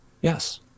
yes